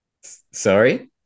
sorry